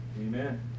Amen